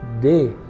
day